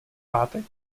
pátek